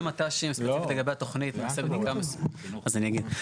אז אני אגיד,